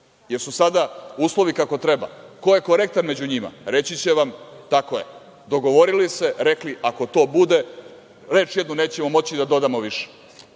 li su sada uslovi kako treba? Ko je korektan među njima? Reći će vam – tako je, dogovorili se, rekli ako to bude reč jednu nećemo moći da dodamo više.